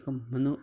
एक म्हनू